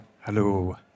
Hello